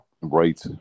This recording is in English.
Right